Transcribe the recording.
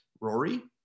Rory